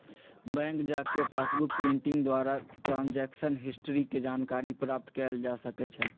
bank जा कऽ passbook printing द्वारा ट्रांजैक्शन हिस्ट्री के जानकारी प्राप्त कएल जा सकइ छै